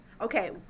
Okay